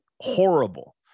horrible